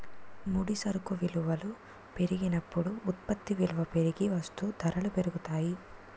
ముడి సరుకు విలువల పెరిగినప్పుడు ఉత్పత్తి విలువ పెరిగి వస్తూ ధరలు పెరుగుతాయి